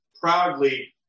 proudly